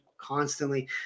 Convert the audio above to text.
constantly